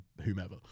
whomever